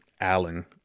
Allen